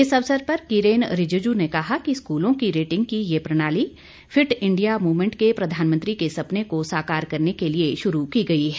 इस अवसर पर किरेन रिजिजू ने कहा कि स्कूलों की रेटिंग की यह प्रणाली फिट इंडिया मूवमेंट के प्रधानमंत्री के सपने को साकार करने के लिए शुरू की गई है